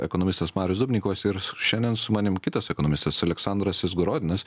ekonomistas marius dubnikovas ir šiandien su manim kitas ekonomistas aleksandras izgorodinas